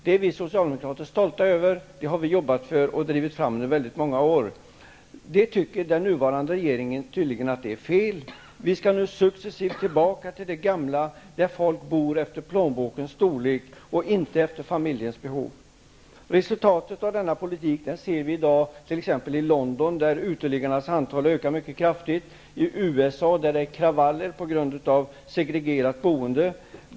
Det är vi socialdemokrater stolta över. Det har vi jobbat för och drivit fram under väldigt många år. Den nuvarande regeringen tycker tydligen att det är fel. Vi skall nu successivt tillbaka till det gamla, att folk bor efter plånbokens storlek och inte efter familjens behov. Resultatet av denna politik ser vi i dag t.ex. i London, där uteliggarnas antal ökar mycket kraftigt, och i USA där det är kravaller på grund av segregerat boende.